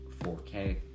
4K